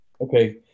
Okay